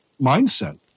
mindset